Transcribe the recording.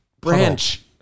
branch